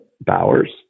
Bowers